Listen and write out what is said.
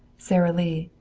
sara lee,